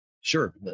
Sure